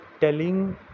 telling